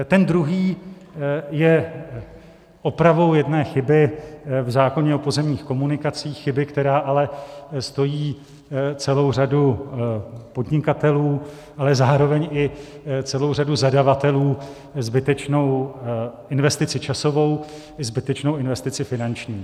Ten druhý je opravou jedné chyby v zákoně o pozemních komunikacích, chyby, která ale stojí celou řadu podnikatelů, ale zároveň i celou řadu zadavatelů zbytečnou investici časovou i zbytečnou investici finanční.